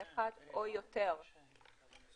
הם נחשבים גם כעבירות פליליות וגם עוולות